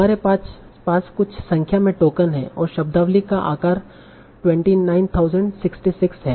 हमारे पास कुछ संख्या में टोकन हैं और शब्दावली का आकार 29066 है